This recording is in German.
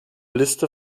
liste